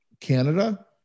Canada